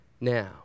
now